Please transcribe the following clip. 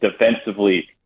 defensively